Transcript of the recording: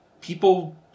people